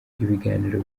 ibiganiro